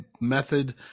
method